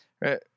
Right